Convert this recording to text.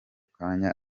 kanya